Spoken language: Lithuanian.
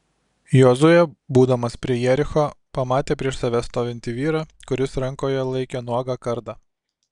jozuė būdamas prie jericho pamatė prieš save stovintį vyrą kuris rankoje laikė nuogą kardą